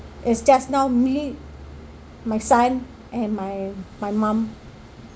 it's just now me my son and my my mum